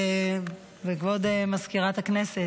וכבוד מזכירת הכנסת,